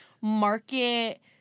market